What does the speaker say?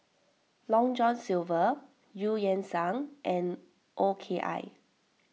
Long John Silver Eu Yan Sang and O K I